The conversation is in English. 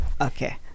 Okay